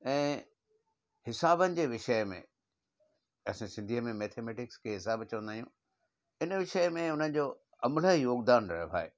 ऐं हिसाबनि जे विषय में असां सिंधीअ में मैथमैटिकस खे हिसाबु चवंदा आहियूं हिन विषय में हुन जो अमान्य योगुदानु रहियो आहे